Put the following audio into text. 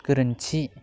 गोरोन्थि